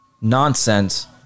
nonsense